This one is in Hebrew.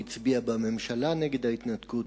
הוא הצביע בממשלה נגד ההתנתקות,